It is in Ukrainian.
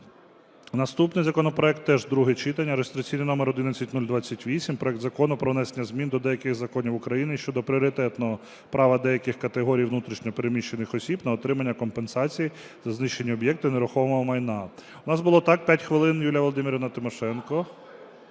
Наступний законопроект, теж друге читання, реєстраційний номер 11028: проект Закону про внесення змін до деяких законів України щодо пріоритетного права деяких категорій внутрішньо переміщених осіб на отримання компенсації за знищені об'єкти нерухомого майна. У нас було так: 5 хвилин – Юлія Володимирівна Тимошенко.